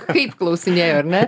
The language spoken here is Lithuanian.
kaip klausinėju ar ne